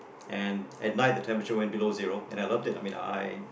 and an at night the temperature went below and I loved it I mean I